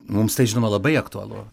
mums tai žinoma labai aktualu